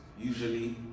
usually